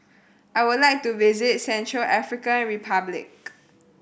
I would like to visit Central African Republic